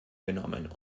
genommen